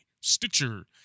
Stitcher